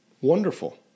wonderful